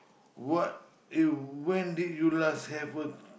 what when did you last have a